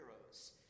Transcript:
heroes